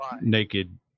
naked